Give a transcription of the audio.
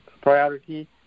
priority